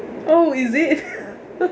oh is it